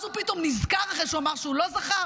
אז הוא פתאום נזכר, אחרי שהוא אמר שהוא לא זכר.